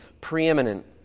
preeminent